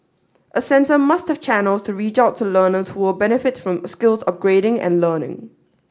a centre must have channels to reach out to learners who will benefit from skills upgrading and learning